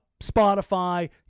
Spotify